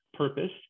purpose